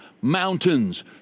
mountains